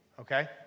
okay